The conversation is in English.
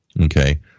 Okay